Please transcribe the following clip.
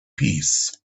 peace